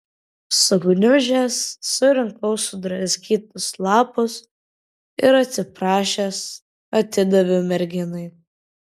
sugniužęs surinkau sudraskytus lapus ir atsiprašęs atidaviau merginai